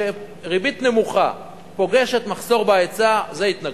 כשריבית נמוכה פוגשת מחסור בהיצע, זה התנגשות,